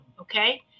Okay